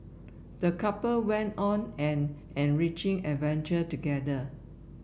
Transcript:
the couple went on an enriching adventure together